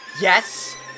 Yes